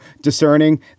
discerning